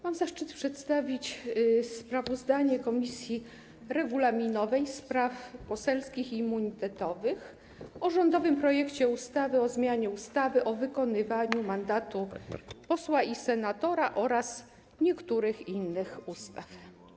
Mam zaszczyt przedstawić sprawozdanie Komisji Regulaminowej, Spraw Poselskich i Immunitetowych o rządowym projekcie ustawy o zmianie ustawy o wykonywaniu mandatu posła i senatora oraz niektórych innych ustaw.